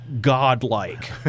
Godlike